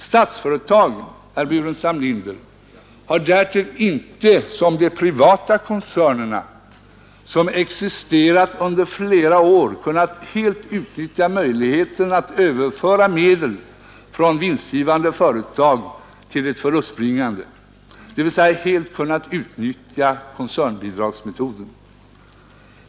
Statsföretag, herr Burenstam Linder, har därtill inte som de privata koncernerna som existerat under flera år helt kunnat utnyttja möjligheten att överföra medel från ett vinstgivande till ett förlustbringande företag, dvs. helt kunnat utnyttja koncernbidragsmetoden.